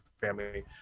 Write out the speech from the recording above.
Family